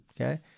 okay